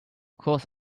course